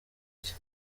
cye